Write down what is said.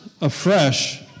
afresh